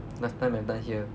last time remember hear